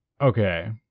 okay